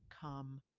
come